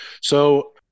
So-